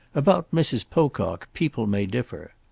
about mrs. pocock people may differ.